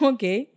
Okay